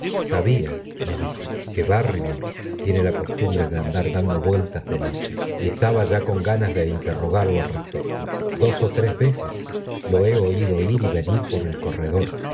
sabía me dijo que barrymore tiene la costumbre de andar dando vueltas de noche y estaba ya con ganas de interrogarlo al respecto dos ó tres veces lo he oído ir y venir por el corredor